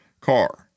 car